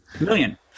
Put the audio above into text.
million